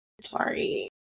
Sorry